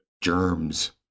germs